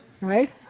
right